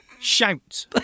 Shout